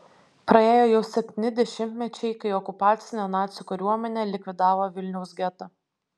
praėjo jau septyni dešimtmečiai kai okupacinė nacių kariuomenė likvidavo vilniaus getą